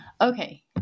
Okay